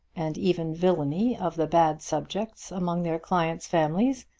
and even villany of the bad subjects among their clients' families,